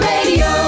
Radio